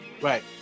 Right